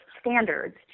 standards